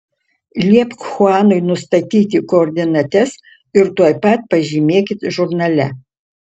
liepk chuanui nustatyti koordinates ir tuoj pat pažymėkit žurnale